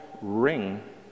ring